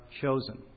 chosen